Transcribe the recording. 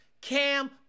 cam